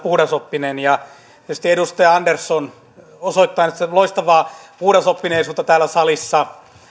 puhdasoppinen ja tietysti edustaja andersson osoittaa nyt loistavaa puhdasoppineisuutta täällä salissa